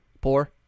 poor